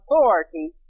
authority